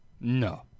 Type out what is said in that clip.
No